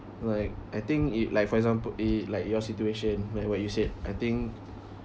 like I think it like for example it like your situation like what you said I think